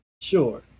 Sure